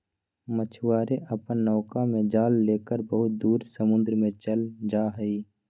मछुआरे अपन नौका में जाल लेकर बहुत दूर समुद्र में चल जाहई